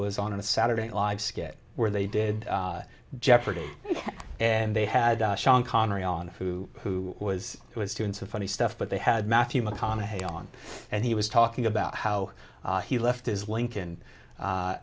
was on a saturday night live skit where they did jeopardy and they had sean connery on who who was who was doing so funny stuff but they had matthew mcconaughey on and he was talking about how he left his lincoln